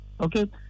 okay